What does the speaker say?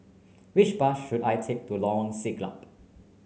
which bus should I take to Lorong Siglap